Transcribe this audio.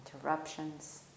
interruptions